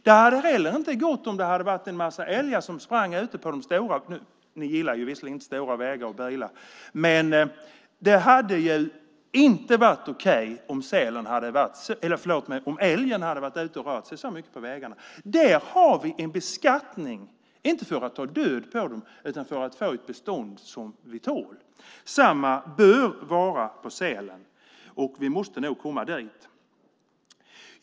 Det hade heller inte gått om det hade varit en massa älgar som sprang ute på de stora vägarna - ni gillar visserligen inte stora vägar och bilar. Det hade inte varit okej om älgen hade varit ute och rört sig så mycket på vägarna. Där har vi en beskattning, inte för att ta död på dem utan för att få ett bestånd som vi tål. Samma bör gälla sälen. Vi måste nog komma dit.